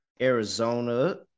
Arizona